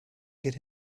get